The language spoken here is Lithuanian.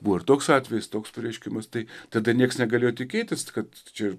buvo ir toks atvejis toks pareiškimas tai tada niekas negalėjo tikėtis kad čia